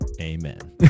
Amen